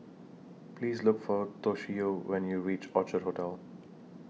Please Look For Toshio when YOU REACH Orchard Hotel